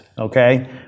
Okay